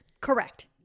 Correct